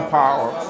power